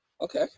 okay